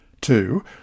Two